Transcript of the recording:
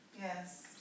Yes